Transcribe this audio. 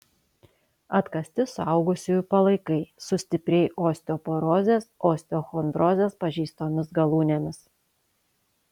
atkasti suaugusiųjų palaikai su stipriai osteoporozės osteochondrozės pažeistomis galūnėmis